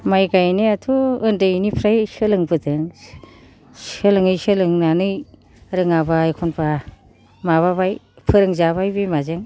माय गायनायाथ' उन्दैनिफ्राय सोलोंबोदों सोलोङै सोलोंनानै रोङाबा एखनबा माबाबाय फोरोंजाबाय बिमाजों